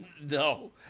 No